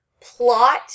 plot